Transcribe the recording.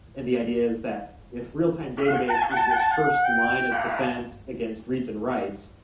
and the ideas that if real-time database is your first line of defense against reads and writes,